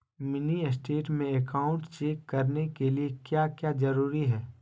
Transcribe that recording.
Mini state में account check करने के लिए क्या क्या जरूरी है?